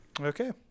Okay